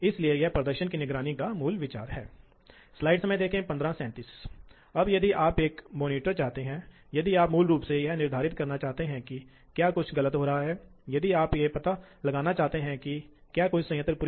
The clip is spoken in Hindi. इसलिए हम सीएनसी मशीनों के आर्किटेक्चर को देखते हैं इसलिए मैं यही कह रहा था कि आमतौर पर एक सीएनसी मशीन इस तरह की इकाई से बनेगी